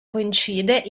coincide